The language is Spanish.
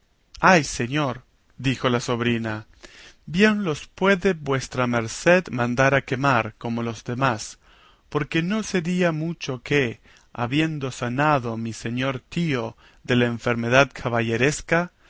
ay señor dijo la sobrina bien los puede vuestra merced mandar quemar como a los demás porque no sería mucho que habiendo sanado mi señor tío de la enfermedad